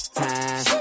time